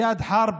איאד חרב,